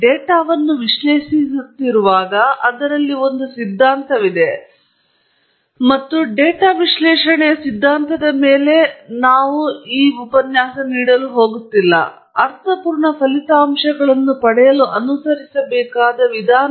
ನಾವು ಡೇಟಾವನ್ನು ವಿಶ್ಲೇಷಿಸುತ್ತಿರುವಾಗ ಅದರಲ್ಲಿ ಒಂದು ಸಿದ್ಧಾಂತವಿದೆ ಮತ್ತು ಸಹಜವಾಗಿ ನಾವು ಡೇಟಾ ವಿಶ್ಲೇಷಣೆಯ ಸಿದ್ಧಾಂತದ ಮೇಲೆ ಹೋಗುತ್ತಿಲ್ಲ ಆದರೆ ಅರ್ಥಪೂರ್ಣ ಫಲಿತಾಂಶಗಳನ್ನು ಪಡೆಯಲು ಅನುಸರಿಸಬೇಕಾದ ವಿಧಾನ